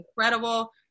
Incredible